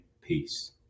peace